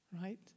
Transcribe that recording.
Right